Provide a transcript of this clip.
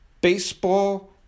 baseball